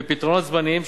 בפתרונות זמניים,